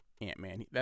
Ant-Man